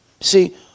See